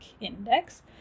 index